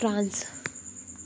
France